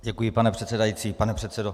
Děkuji, pane předsedající, pane předsedo.